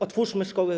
Otwórzmy szkoły.